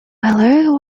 hello